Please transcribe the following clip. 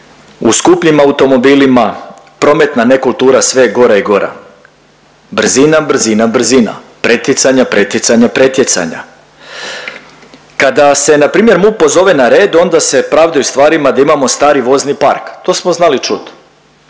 u skupim automobilima prometna nekultura sve je gora i bora. Brzina, brzina, brzina. Pretjecanja, pretjecanja, pretjecanja. Kada se npr. MUP pozove na red onda se pravdaju stvarima da imamo stari vozni park to smo znali čut.